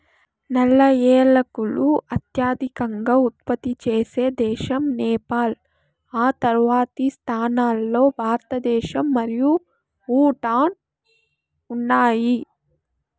నల్ల ఏలకులు అత్యధికంగా ఉత్పత్తి చేసే దేశం నేపాల్, ఆ తర్వాతి స్థానాల్లో భారతదేశం మరియు భూటాన్ ఉన్నాయి